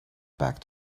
back